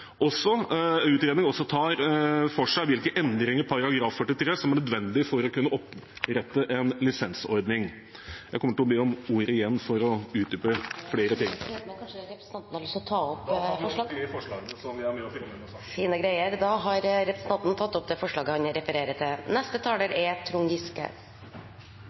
også ta for seg hvilke endringer i § 43 som er nødvendige for å kunne opprette en lisensordning. Jeg kommer til å be om ordet igjen for å utdype flere ting. Det går an, men kanskje representanten skal ta opp forslag? Ja, jeg tar opp det forslaget vi er med på. Da har representanten Geir Jørgen Bekkevold tatt opp det forslaget han refererte til.